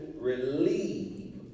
relieve